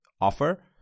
offer